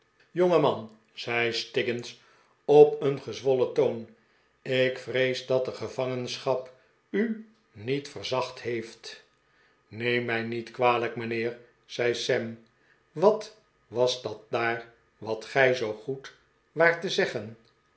jongeman zei stiggins op een gezwollen toon ik vrees dat de gevangenschap u niet verzacht heeft neem mij niet kwalijk mijnheer zei de pickwick club sam wat was dat daar wat gij zoo goed waart te zeggen